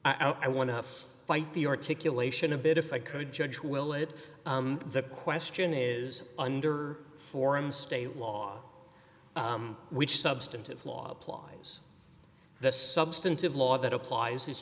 point i want to fight the articulation a bit if i could judge will it the question is under forum state law which substantive law applies the substantive law that applies